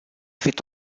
fait